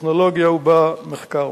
בטכנולוגיה ובמחקר.